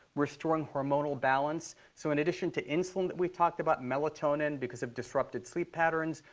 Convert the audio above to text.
restoring hormonal balance, so in addition to insulin that we've talked about, melatonin, because of disrupted sleep patterns,